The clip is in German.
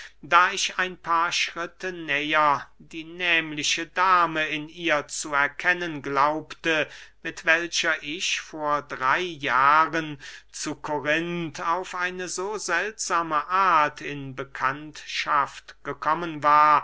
da ich ein paar schritte näher die nehmliche dame in ihr zu erkennen glaubte mit welcher ich vor drey jahren zu korinth auf eine so seltsame art in bekanntschaft gekommen war